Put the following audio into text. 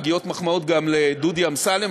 מגיעות מחמאות גם לדודי אמסלם,